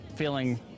Feeling